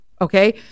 Okay